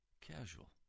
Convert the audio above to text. casual